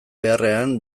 beharrean